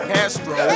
Castro